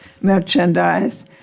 merchandise